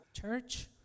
Church